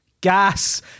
gas